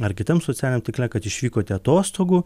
ar kitam socialiniam tinkle kad išvykote atostogų